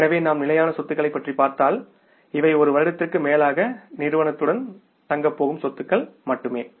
எனவே நாம் நிலையான சொத்துக்களைப் பற்றி பார்த்தால் இவை ஒரு வருடத்திற்கும் மேலாக நிறுவனத்துடன் தங்கப் போகும் சொத்துகள் மட்டுமே